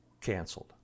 canceled